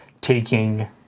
taking